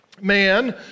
man